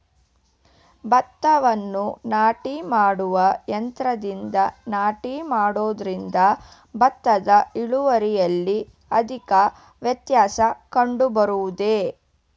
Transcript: ಭತ್ತವನ್ನು ನಾಟಿ ಮಾಡುವ ಯಂತ್ರದಿಂದ ನಾಟಿ ಮಾಡುವುದರಿಂದ ಭತ್ತದ ಇಳುವರಿಯಲ್ಲಿ ಅಧಿಕ ವ್ಯತ್ಯಾಸ ಕಂಡುಬರುವುದೇ?